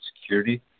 Security